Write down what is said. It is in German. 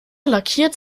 lackiert